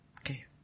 Okay